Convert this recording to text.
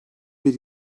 bir